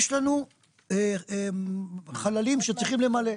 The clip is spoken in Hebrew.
יש לנו חללים שצריך למלא.